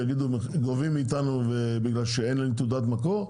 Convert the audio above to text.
יגידו גובים מאיתנו בגלל שאין להם תעודת מקור,